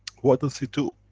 what does it do?